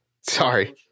Sorry